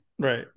right